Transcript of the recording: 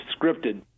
scripted